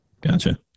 Gotcha